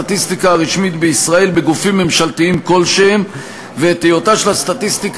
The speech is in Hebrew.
אחת מאבני היסוד של כל לשכה מרכזית לסטטיסטיקה היא עצמאות ואי-תלות,